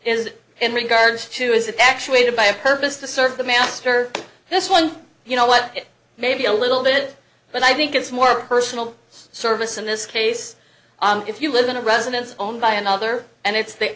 it in regards to is it actually to buy a purpose to serve the master this one you know what it may be a little bit but i think it's more personal service in this case if you live in a residence on by another and it's the